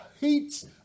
heats